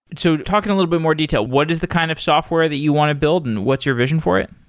so talk in a little bit more detail. what is the kind of software that you want to build and what's your vision for it?